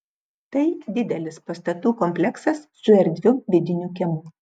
tai didelis pastatų kompleksas su erdviu vidiniu kiemu